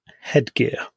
headgear